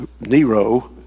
Nero